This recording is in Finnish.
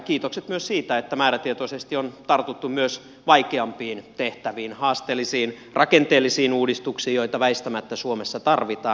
kiitokset myös siitä että määrätietoisesti on tartuttu myös vaikeampiin tehtäviin haasteellisiin rakenteellisiin uudistuksiin joita väistämättä suomessa tarvitaan